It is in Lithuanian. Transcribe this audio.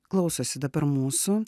klausosi dabar mūsų